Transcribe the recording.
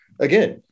Again